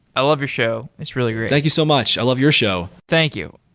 i love your show. it's really great. thank you so much. i love your show. thank you.